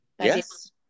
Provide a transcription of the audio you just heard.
Yes